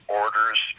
orders